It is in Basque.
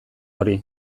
hori